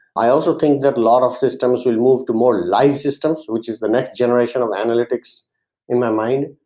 i also think that a lot of systems will move to a more live systems, which is the next generation of analytics in my mind.